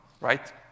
right